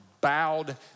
bowed